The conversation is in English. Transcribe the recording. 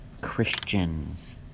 Christians